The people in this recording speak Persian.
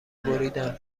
بریدم